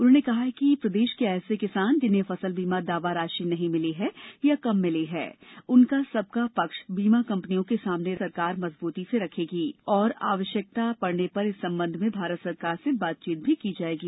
उन्होंने कहा कि प्रदेश के ऐसे किसान जिन्हें फसल बीमा दावा राशि नहीं मिली है अथवा कम मिली है उन सबका पक्ष बीमा कंपनियों के सामने सरकार मजबूती से रखेगी तथा आवश्यकता पड़ने पर इस संबंध में भारत सरकार से बातचीत भी की जाएगी